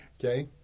Okay